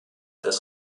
des